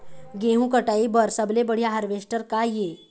गेहूं कटाई बर सबले बढ़िया हारवेस्टर का ये?